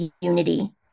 unity